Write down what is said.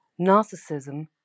narcissism